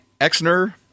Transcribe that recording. Exner